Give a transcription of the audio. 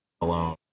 alone